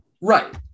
right